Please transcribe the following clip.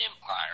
Empire